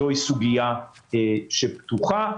זה סוגיה פתוחה.